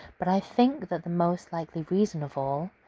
but i think that the most likely reason of all,